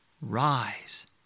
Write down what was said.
Rise